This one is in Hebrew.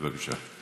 בבקשה.